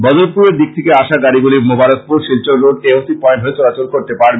বদরপুরের দিক থেকে আসা গাড়ীগুলি মোবারকপুর শিলচর রোড এ ও সি পয়েন্ট হয়ে চলাচল করতে পারবে